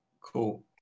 cool